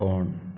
on